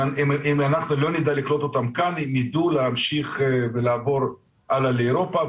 אם אנחנו לא נדע לקלוט אותם כאן הם יידעו להמשיך ולעבור הלאה לאירופה,